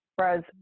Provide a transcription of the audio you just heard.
Whereas